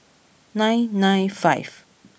nine nine five